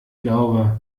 glaube